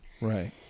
Right